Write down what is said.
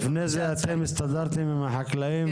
לפני זה אתם הסתדרתם עם החקלאים?